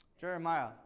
Jeremiah